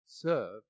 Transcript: Serve